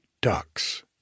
ducks